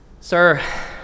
Sir